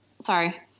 Sorry